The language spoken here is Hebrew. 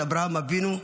את אברהם אבינו.